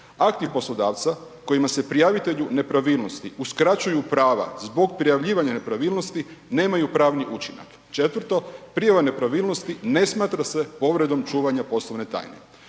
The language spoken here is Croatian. akti poslodavca kojima se prijavitelju nepravilnosti uskraćuju prava zbog prijavljivanja nepravilnosti nemaju pravni učinak. Četvrto, prijava nepravilnosti ne smatra se povredom čuvanja poslovne tajne.